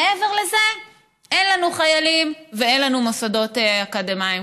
מעבר לזה אין לנו חיילים ואין לנו מוסדות אקדמיים.